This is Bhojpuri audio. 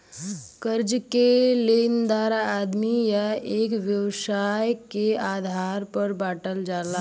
कर्जा के देनदार आदमी या एक व्यवसाय के आधार पर बांटल जाला